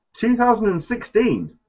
2016